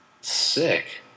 Sick